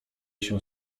się